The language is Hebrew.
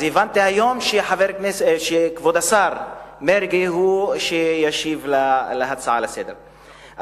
הבנתי היום שכבוד השר מרגי הוא שישיב על ההצעה לסדר-היום.